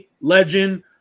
legend